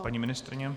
Paní ministryně?